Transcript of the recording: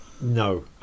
No